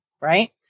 right